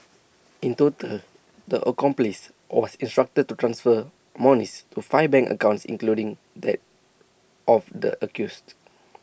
in total the accomplice was instructed to transfer monies to five bank accounts including that of the accused